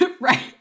Right